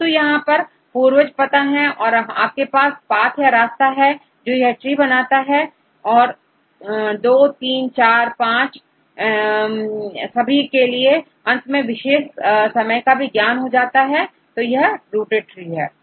किन्तु यहां पर पूर्वज पता है और आपके पास पाथ या रास्ता है जो यह ट्री बनाता है और सभीI II III IV V है अंत में आपके पास विशेष समय का भी ज्ञान है तो यह रूटेड ट्री है